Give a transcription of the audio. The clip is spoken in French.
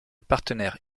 partenaire